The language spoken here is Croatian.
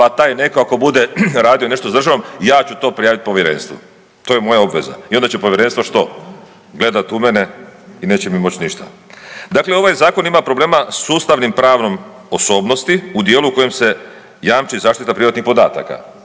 pa taj netko ako bude radio nešto s državom ja ću to prijaviti povjerenstvu. To je moja obveza. I onda će povjerenstvo što? Gledat u mene i neće mi moći ništa. Dakle, ovaj zakon ima problema sa ustavno-pravnom osobnosti u dijelu u kojem se jamči zaštita privatnih podataka.